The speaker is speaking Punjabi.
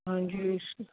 ਹਾਂਜੀ